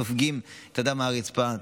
סופגים את הדם מהרצפה,